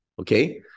Okay